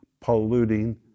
polluting